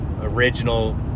original